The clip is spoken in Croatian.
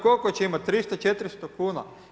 Koliko će imati, 300, 400 kuna?